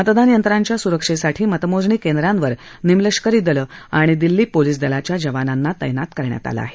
मतदान यंत्रांच्या सुरक्षेसाठी मतमोजणी केंद्रांवर निमलष्करी दल आणि दिल्ली पोलीस दलाच्या जवानांना तैनात केलं आहे